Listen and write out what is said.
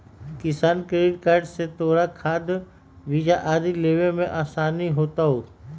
किसान credit card से तोरा खाद, बीज आदि लेवे में आसानी होतउ